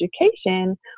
education